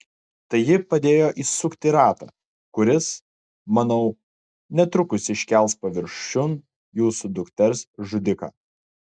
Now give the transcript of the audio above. tai ji padėjo įsukti ratą kuris manau netrukus iškels paviršiun jūsų dukters žudiką